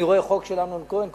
אני רואה חוק של אמנון כהן,